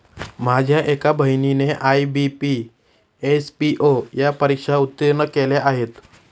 माझ्या एका बहिणीने आय.बी.पी, एस.पी.ओ या परीक्षा उत्तीर्ण केल्या आहेत